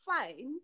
fine